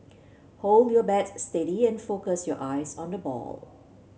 hold your bat steady and focus your eyes on the ball